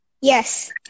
Yes